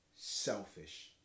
selfish